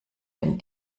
dem